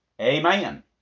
amen